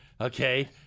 okay